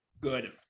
Good